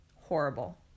horrible